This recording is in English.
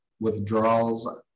withdrawals